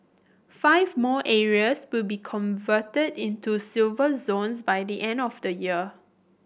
five more areas will be converted into Silver Zones by the end of the year